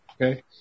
Okay